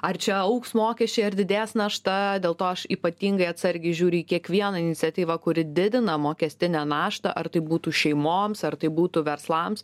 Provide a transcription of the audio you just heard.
ar čia augs mokesčiai ar didės našta dėl to aš ypatingai atsargiai žiūriu į kiekvieną iniciatyvą kuri didina mokestinę naštą ar tai būtų šeimoms ar tai būtų verslams